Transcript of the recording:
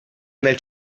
nel